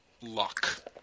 luck